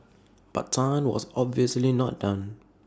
but Tan was obviously not done